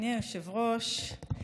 אדוני היושב-ראש.